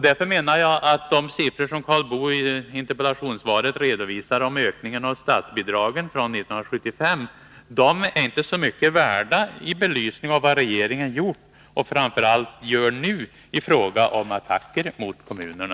Därför menar jag att de av Karl Boo i interpellationssvaret redovisade siffrorna beträffande ökningen av statsbidragen från 1975 inte är så mycket värda, i belysning av vad regeringen har gjort — och framför allt nu gör — i fråga om attacker mot kommunerna.